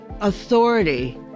authority